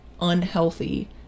unhealthy